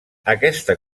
aquesta